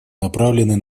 направленные